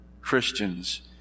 Christians